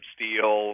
Steel